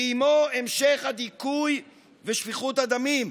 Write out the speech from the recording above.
ועימו, המשך הדיכוי ושפיכות הדמים.